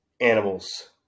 animals